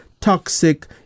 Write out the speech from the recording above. toxic